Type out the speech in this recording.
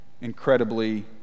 incredibly